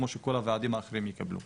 כמו שכל הוועדים האחרים יקבלו,